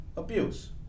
Abuse